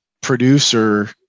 producer